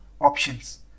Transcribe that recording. Options